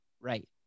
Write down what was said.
Right